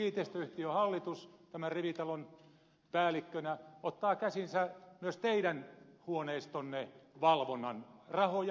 tämä kiinteistöyhtiön hallitus tämän rivitalon päällikkönä ottaa käsiinsä myös teidän huoneistonne valvonnan rahoja myöten